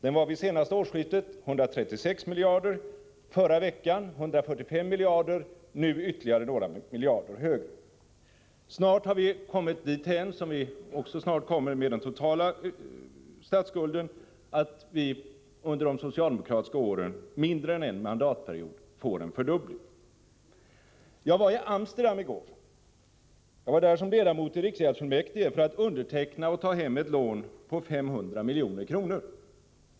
Den var vid senaste årsskiftet 136 miljarder, förra veckan 145 miljarder, och är nu ytterligare några miljarder större. Snart har vi kommit dithän, precis som det snart blir med den totala statsskulden, att vi under de socialdemokratiska regeringsåren, under mindre än en mandatperiod, får en fördubbling. Jag var i Amsterdam i går. Jag var där som ledamot i riksgäldsfullmäktige för att underteckna och ta hem ett lån på 500 milj.kr.